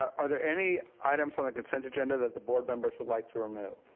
are there any items on the consent agenda that the board members would like to omit?